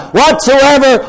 whatsoever